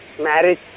marriage